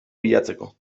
bilatzeko